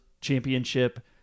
championship